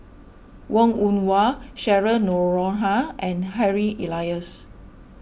Wong Woon Wah Cheryl Noronha and Harry Elias